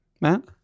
Matt